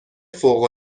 فوق